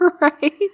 right